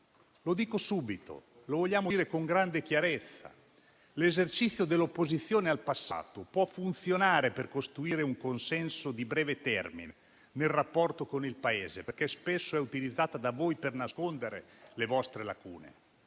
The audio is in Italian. al passato. Lo vogliamo dire con grande chiarezza: l'esercizio dell'opposizione al passato può funzionare per costruire un consenso di breve termine nel rapporto con il Paese, perché spesso è utilizzata da voi per nascondere le vostre lacune,